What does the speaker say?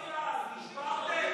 אחרי סעיף 1